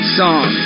song